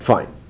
Fine